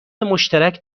مشترک